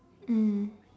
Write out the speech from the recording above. mm